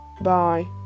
Bye